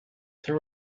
there